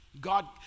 God